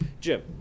Jim